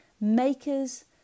makers